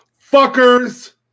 Fuckers